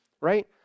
Right